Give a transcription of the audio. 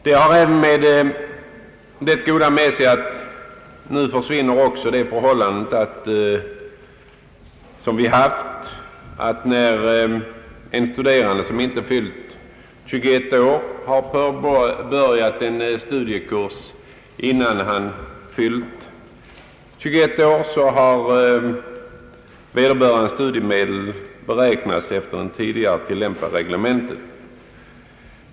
Det har även det goda med sig att nu rådande ordning inte längre skall gälla, nämligen den att när en studerande, som inte har fyllt 21 år, har påbörjat en studiekurs så har vederbörandes studiemedel beräknats efter det tidigare tillämpade reglementet.